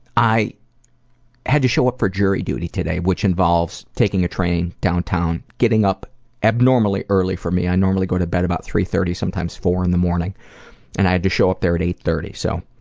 i had to show up for jury duty today which involves taking a train downtown, getting up abnormally early for me, i normally go to bed about three thirty, sometimes four zero in the morning and i had to show up there at eight thirty so